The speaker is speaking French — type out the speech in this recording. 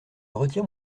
retire